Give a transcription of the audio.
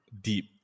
deep